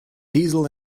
diesel